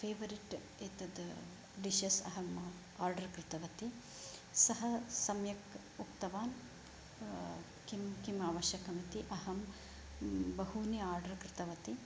favourite एतद् dishes अहम् order कृतवती सः सम्यक् उक्तवान् किं किम् आवश्यकम् इति अहम् बहूनि आर्डर् कृतवती